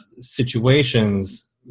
situations